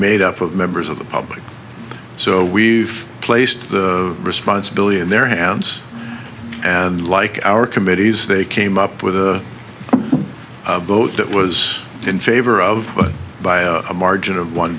made up of members of the public so we've placed the responsibility in their hands and like our committees they came up with a vote that was in favor of by a margin of one